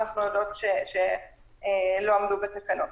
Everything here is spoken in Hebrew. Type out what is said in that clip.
אנחנו יודעות שלא עמדו בתקנות.